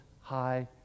High